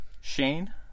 Shane